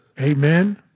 Amen